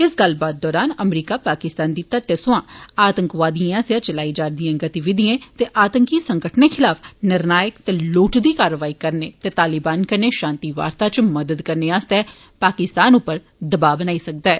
इस गल्लबात दौरान अमरीका पाकिस्तान दी धरतै सोया आतकवादिएं आस्सेया चलाई जा करदी गतिविधिएं ते आंतकी संगठने खिलाफ निर्णायक ते लोढ़चदी कारवाई करने ते तालिबान कन्नै षान्ति वार्ता इच मदद करने आस्तै पाकिस्तान उप्पर दववा बनाई सकदा ऐ